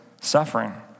suffering